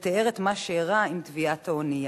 ותיאר את מה שאירע עם טביעת האונייה,